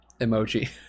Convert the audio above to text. emoji